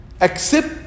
accept